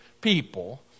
people